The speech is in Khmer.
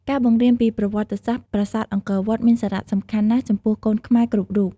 ការបង្រៀនពីប្រវត្តិសាស្ត្រប្រាសាទអង្គរមានសារៈសំខាន់ណាស់ចំពោះកូនខ្មែរគ្រប់រូប។